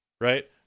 Right